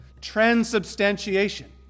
Transubstantiation